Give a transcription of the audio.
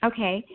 Okay